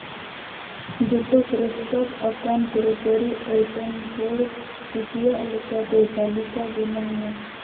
ᱡᱚᱛᱚ ᱯᱨᱚᱥᱛᱟᱵᱽ ᱟᱠᱟᱱ ᱠᱨᱳᱠᱟᱹᱨᱤ ᱟᱭᱴᱮᱢ ᱦᱚᱲ ᱠᱩᱥᱤᱟᱭᱜ ᱞᱮᱠᱟᱛᱮ ᱛᱟᱹᱞᱤᱠᱟ ᱵᱮᱱᱟᱣ ᱢᱮ